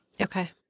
Okay